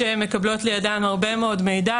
שמקבלות לידן הרבה מאוד מידע.